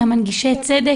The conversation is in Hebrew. מנגישי הצדק?